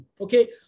Okay